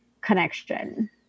connection